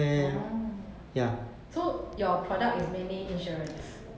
mm so your product is mainly insurance